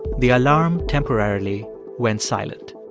the alarm temporarily went silent